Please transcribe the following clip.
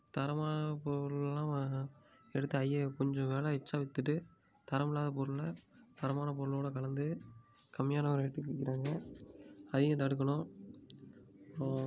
தரமான பொருள்கள்லாம் வ எடுத்து ஐயய்ய கொஞ்சம் வில எச்ட்சா விற்றுட்டு தரம் இல்லாத பொருள தரமான பொருளோட கலந்து கம்மியான விலைக்கி விற்கிறாங்க அதையும் தடுக்கணும்